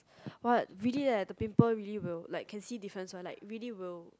what really leh the pimple really will like can see different one like really will